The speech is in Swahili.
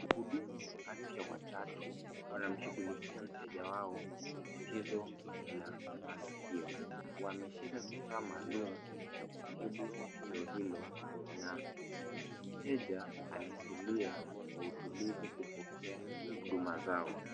Mhudumu wa afya watatu , wanamshugulikia mteja wao tatizo la masikio. Wameshika kifaa maalum cha kutibu tatizo hilo na mteja ametulia kwa utulivu kupokea huduma zao.